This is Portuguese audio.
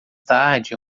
tarde